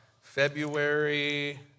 February